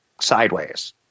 sideways